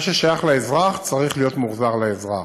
מה ששייך לאזרח צריך להיות מוחזר לאזרח.